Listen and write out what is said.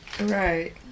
Right